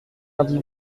lundi